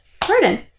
Pardon